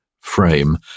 frame